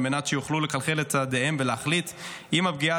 על מנת שיוכלו לכלכל את צעדיהם ולהחליט אם הפגיעה